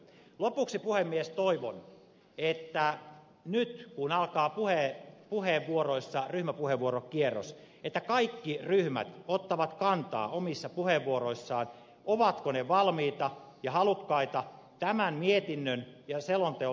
lopuksi puhemies toivon nyt kun alkaa puheenvuoroissa ryhmäpuheenvuorokierros että kaikki ryhmät ottavat kantaa omissa puheenvuoroissaan siihen ovatko ne valmiita ja halukkaita tämän mietinnön ja selonteon linjauksia tukemaan